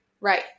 Right